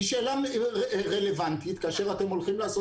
היא שאלה רלוונטית כאשר אתם הולכים לעשות